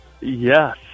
Yes